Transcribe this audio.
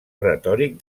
retòric